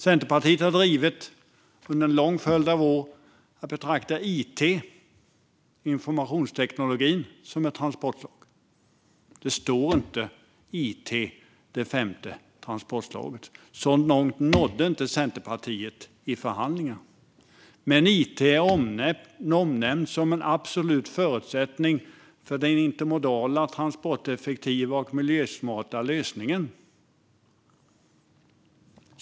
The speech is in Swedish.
Centerpartiet har under en lång följd av år drivit på för att it - informationsteknologi - ska betraktas som ett transportslag. Det står inte "it, det femte transportslaget" - så långt nådde inte Centerpartiet i förhandlingarna. Men it omnämns som en absolut förutsättning för den intermodala, transporteffektiva och miljösmarta lösningen.